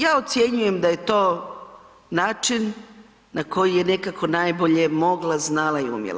Ja ocjenjujem da je to način na koji je nekako najbolje mogla, znala i umjela.